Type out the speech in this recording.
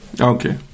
Okay